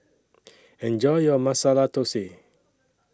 Enjoy your Masala Dosa